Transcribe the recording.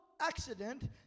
accident